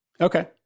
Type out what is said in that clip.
Okay